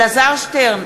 אלעזר שטרן,